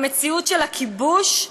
במציאות של הכיבוש,